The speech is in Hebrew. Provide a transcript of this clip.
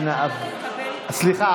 סליחה,